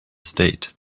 state